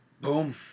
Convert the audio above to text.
boom